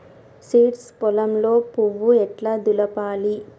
Seeds పొలంలో పువ్వు ఎట్లా దులపాలి?